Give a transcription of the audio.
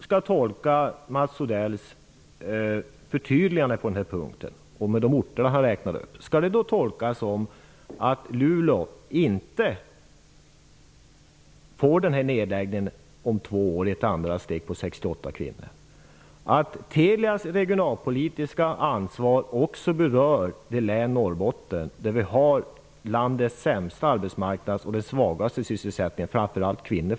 Skall Mats Odells förtydligande med de orter han har räknat upp tolkas som att företaget i Luleå, där 68 kvinnor berörs, inte kommer att drabbas av en nedläggning om två år? Innebär det att Telias regionalpolitiska ansvar också berör Norrbotten, där landets sämsta arbetsmarknad och svagaste sysselsättningsnivå finns -- framför allt för kvinnor?